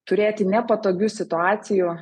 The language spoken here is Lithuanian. turėti nepatogių situacijų